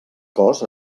cos